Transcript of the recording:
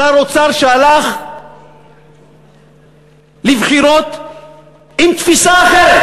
שר אוצר שהלך לבחירות עם תפיסה אחרת,